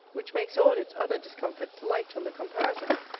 which makes all its other discomforts light on the comparison.